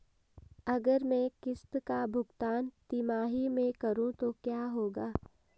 अगर मैं किश्त का भुगतान तिमाही में करूं तो क्या होगा?